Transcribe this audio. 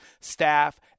staff